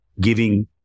giving